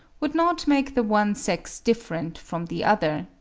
would not make the one sex different from the other,